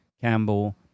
Campbell